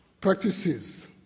practices